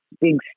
big